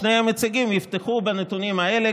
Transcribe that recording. שני הנציגים יפתחו בנתונים האלה,